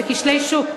זה כשלי שוק.